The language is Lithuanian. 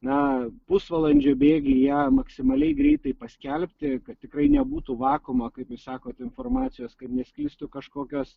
na pusvalandžio bėgy ją maksimaliai greitai paskelbti kad tikrai nebūtų vakuumo kaip jūs sakot informacijos kad nesklistų kažkokios